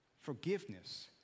Forgiveness